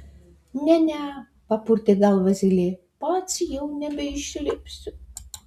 ne ne papurtė galvą zylė pats jau nebeišlipsiu